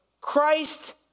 Christ